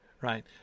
Right